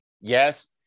yes